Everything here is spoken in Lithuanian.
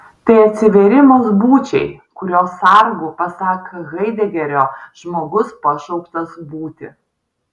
tai atsivėrimas būčiai kurios sargu pasak haidegerio žmogus pašauktas būti